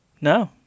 No